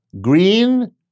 Green